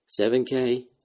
7K